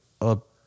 up